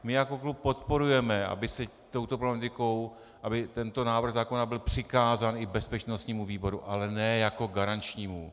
My jako klub podporujeme, aby se touto problematikou, aby tento návrh zákona byl přikázán i bezpečnostnímu výboru, ale ne jako garančnímu.